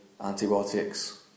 antibiotics